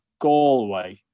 Galway